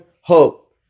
hope